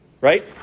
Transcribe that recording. right